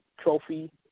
trophy